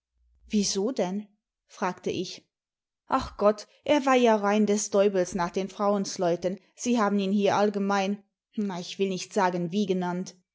wieso denn fragte ich ach gott er war ja rein des deubels nach den frauensleuten sie haben ihn hier allgemein na ich will nicht sagen wie genannt